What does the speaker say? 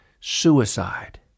suicide